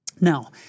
Now